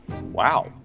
Wow